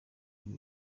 ibi